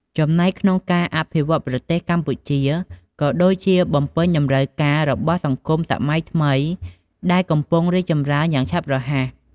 ចំណែកក្នុងការអភិវឌ្ឍប្រទេសកម្ពុជា ក៏ដូចជាបំពេញតម្រូវការរបស់សង្គមសម័យថ្មីដែលកំពុងរីកចម្រើនយ៉ាងឆាប់រហ័ស។